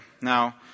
now